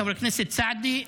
חבר הכנסת סעדי,